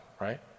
Right